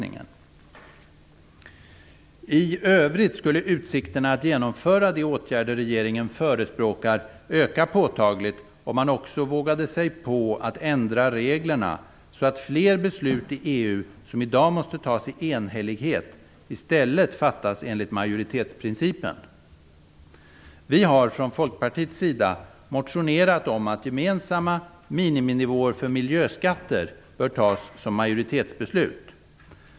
I övrigt skulle utsikterna att genomföra de åtgärder regeringen förespråkar öka påtagligt, om man också vågade sig på att ändra reglerna, så att fler beslut i EU som i dag måste tas i enhällighet i stället fattas enligt majoritetsprincipen. Vi har från Folkpartiets sida motionerat om att gemensamma miniminivåer för miljöskatter bör tas som majoritetsbeslut.